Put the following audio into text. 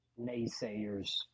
naysayers